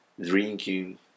drinking